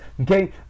okay